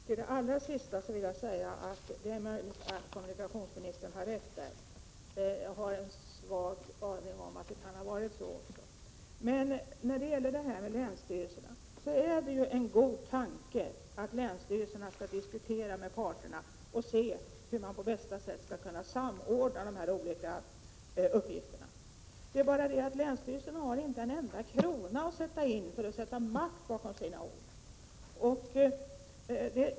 Herr talman! Beträffande det allra sista som kommunikationsministern sade vill jag säga att det är möjligt att kommunikationsministern har rätt. Jag har en svag aning om att det kan ha varit så som han säger. Sedan är det ju en god tanke att länsstyrelserna skall diskutera med parterna och undersöka hur man på bästa sätt kan samordna de olika uppgifterna. Det är bara det att länsstyrelserna inte kan satsa en enda krona för att sätta makt bakom sina ord.